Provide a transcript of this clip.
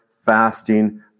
fasting